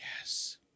Yes